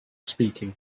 speaking